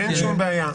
אין שום בעיה.